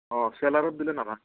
অ' চেলাৰত দিলে নাভাঙে